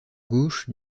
gauche